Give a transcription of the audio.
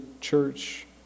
church